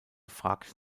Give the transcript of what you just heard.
fragt